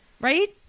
Right